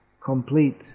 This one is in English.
complete